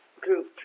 group